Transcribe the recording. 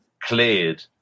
cleared